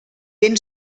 ben